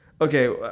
Okay